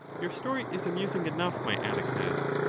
your story is amusing enough, my atticus,